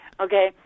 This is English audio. Okay